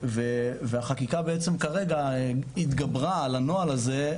והחקיקה בעצם כרגע התגברה על הנוהל הזה,